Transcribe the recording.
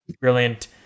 Brilliant